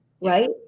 right